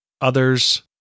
Others